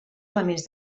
elements